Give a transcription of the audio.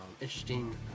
interesting